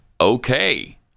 okay